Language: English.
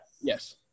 Yes